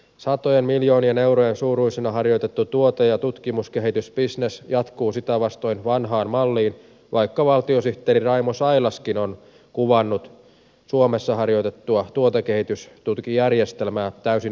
satojen miljoonien eurojen suuruisena harjoitettu tuote ja tutkimuskehitysbisnes jatkuu sitä vastoin vanhaan malliin vaikka valtiosihteeri raimo sailaskin on kuvannut suomessa harjoitettua tuotekehitystukijärjestelmää täysin epäonnistuneeksi